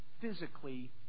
physically